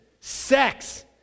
sex